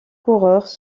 coureurs